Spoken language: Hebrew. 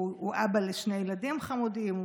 הוא אבא לשני ילדים חמודים,